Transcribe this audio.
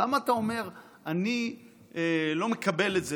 למה אתה אומר: אני לא מקבל את זה?